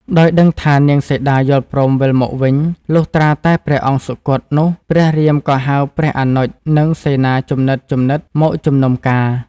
ដោយដឹងថានាងសីតាយល់ព្រមវិលមកវិញ លុះត្រាតែព្រះអង្គសុគតនោះព្រះរាមក៏ហៅព្រះអនុជនិងសេនាជំនិតៗមកជុំនុំការ។